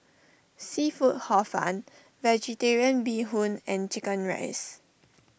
Seafood Hor Fun Vegetarian Bee Hoon and Chicken Rice